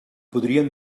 podríem